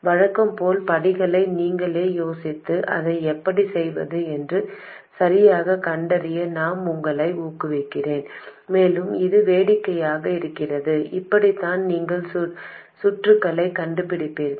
வழக்கம் போல் படிகளை நீங்களே யோசித்து அதை எப்படிச் செய்வது என்று சரியாகக் கண்டறிய நான் உங்களை ஊக்குவிக்கிறேன் மேலும் இது வேடிக்கையாக இருக்கிறது இப்படித்தான் நீங்கள் சுற்றுகளை கண்டுபிடிப்பீர்கள்